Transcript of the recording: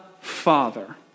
Father